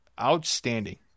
outstanding